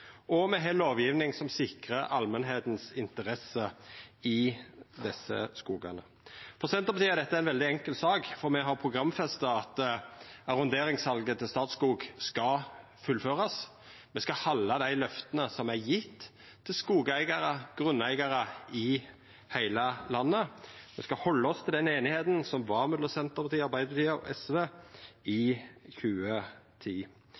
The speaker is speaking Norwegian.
og me har ei lovgjeving som sikrar allmenta sine interesser i desse skogane. For Senterpartiet er dette ei veldig enkel sak, for me har programfesta at arronderingssalet til Statskog skal fullførast. Me skal halda dei løfta som er gjevne til skogeigarar, grunneigarar i heile landet. Me skal halda oss til den einigheita som var mellom Senterpartiet, Arbeidarpartiet og SV i 2010. Så har Arbeidarpartiet, Senterpartiet og SV